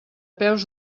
peus